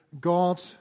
God